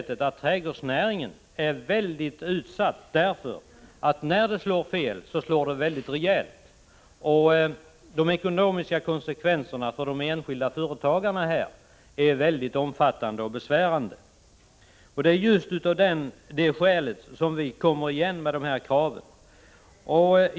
Trädgårdsnäringen är ju väldigt utsatt, för när det slår fel så slår det rejält. De ekonomiska konsekvenserna för de enskilda företagarna är mycket omfattande och besvärande. Det är just av det skälet som vi kommer igen med dessa krav.